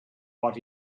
what